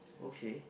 okay